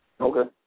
Okay